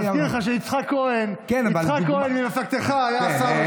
יצחק כהן, ממפלגתך, היה השר.